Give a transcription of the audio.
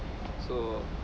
so